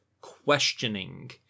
questioning